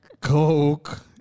Coke